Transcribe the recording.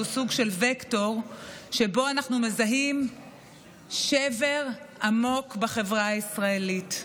סוג של וקטור שבו אנחנו מזהים שבר עמוק בחברה הישראלית.